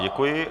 Děkuji.